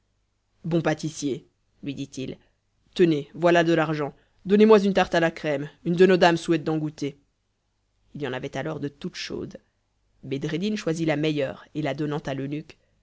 bon pâtissier lui dit-il tenez voilà de l'argent donnez-moi une tarte à la crème une de nos dames souhaite d'en goûter il y en avait alors de toutes chaudes bedreddin choisit la meilleure et la donnant à